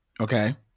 Okay